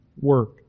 work